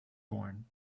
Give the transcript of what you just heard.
born